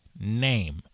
name